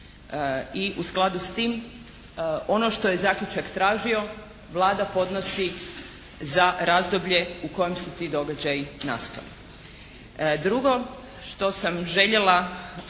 I u skladu s tim ono što je zaključak tražio, Vlada podnosi za razdoblje u kojem su ti događaji nastali. Drugo što sam željela